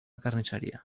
carnisseria